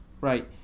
Right